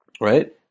right